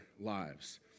lives